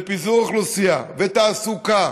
ופיזור אוכלוסייה ותעסוקה